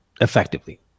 effectively